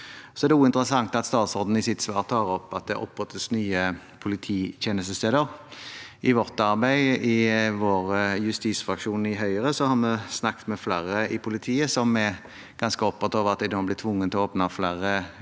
Det er også interessant at statsråden i sitt svar tar opp at det opprettes nye polititjenestesteder. I arbeidet vårt i justisfraksjonen i Høyre har vi snakket med flere i politiet som er ganske opprørt over at de nå blir tvunget til å åpne flere